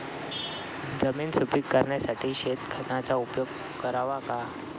जमीन सुपीक करण्यासाठी शेणखताचा उपयोग करावा का?